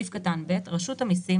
(ב)רשות המסים,